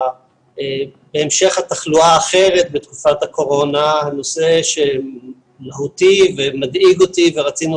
בהמשך התחלואה האחרת בתקופת הקורונה הנושא המהותי ומדאיג אותי ורצינו